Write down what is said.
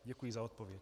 Děkuji za odpověď.